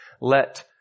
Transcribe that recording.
let